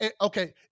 Okay